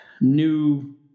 new